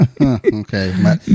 Okay